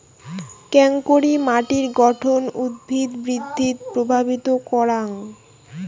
কেঙকরি মাটির গঠন উদ্ভিদ বৃদ্ধিত প্রভাবিত করাং?